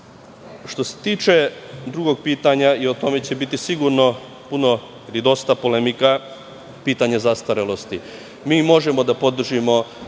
se tiče drugog pitanja, i o tome će biti sigurno puno i dosta polemika, to je pitanje zastarelosti. Mi možemo da podržimo